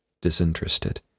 disinterested